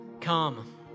Come